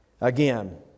Again